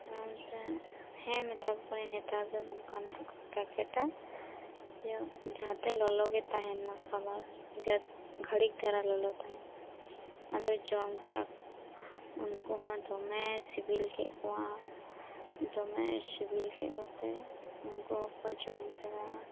ᱚᱱᱟᱛᱮ ᱦᱮᱸ ᱢᱮᱛᱟ ᱠᱚ ᱠᱟᱹᱱᱟᱹᱧ ᱱᱮᱛᱟᱨ ᱫᱚ ᱱᱚᱝᱠᱟᱱᱟᱜ ᱜᱮᱠᱚ ᱯᱮᱠᱮᱴᱟ ᱤᱭᱟᱹ ᱡᱟᱦᱟᱸᱛᱮ ᱞᱚᱞᱚᱜᱮ ᱛᱟᱦᱮᱱ ᱢᱟ ᱠᱷᱟᱵᱟᱨ ᱡᱟᱠ ᱜᱷᱟᱲᱤᱠ ᱫᱷᱟᱨᱟ ᱞᱚᱞᱚᱜᱮ ᱛᱟᱦᱮᱸᱱ ᱢᱟ ᱠᱷᱟᱵᱟᱨ ᱟᱫᱚ ᱡᱚᱢ ᱠᱮᱜ ᱟᱠᱚ ᱩᱱᱠᱩ ᱦᱚᱸ ᱫᱚᱢᱮ ᱥᱤᱵᱤᱞ ᱠᱮᱜ ᱠᱚᱣᱟ ᱫᱚᱢᱮ ᱥᱤᱵᱤᱞ ᱠᱮᱜ ᱠᱚᱛᱮ ᱩᱱᱠᱩ ᱦᱚᱸᱠᱚ ᱡᱚᱢ ᱠᱮᱫᱟ